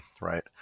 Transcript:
right